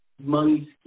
money